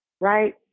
right